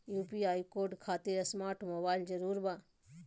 UPI code खातिर smart mobile जरूरी बा?